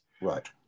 right